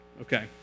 Okay